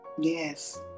Yes